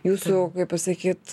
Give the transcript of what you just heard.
jūsų pasakyt